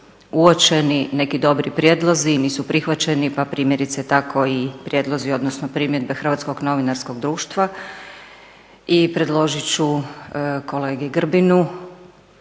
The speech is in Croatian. uočeni neki dobri prijedlozi i nisu prihvaćeni, pa primjerice tako i prijedlozi, odnosno primjedbe Hrvatskog novinarskog društva. I predložit ću kolegi Grbinu